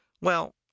well